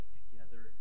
together